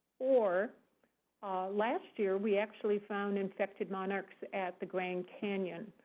or last year we actually found infected monarchs at the grand canyon,